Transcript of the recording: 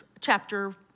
chapter